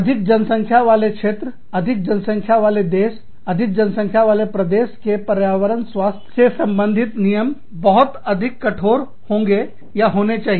अधिक जनसंख्या वाले क्षेत्र अधिक जनसंख्या वाले देश अधिक जनसंख्या वाले प्रदेश के पर्यावरणीय स्वास्थ्य से संबंधित नियम बहुत अधिक कठोर होंगे या होने चाहिए